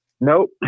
Nope